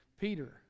Peter